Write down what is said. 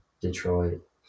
detroit